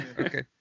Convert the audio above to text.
okay